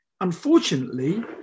Unfortunately